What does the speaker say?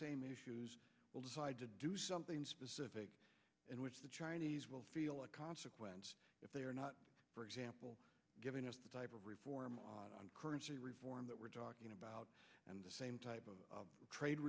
same issues will decide to do something specific in which the chinese will feel a consequence if they are not for example giving us the type of reform currency reform that we're talking about and the same type of trade